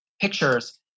pictures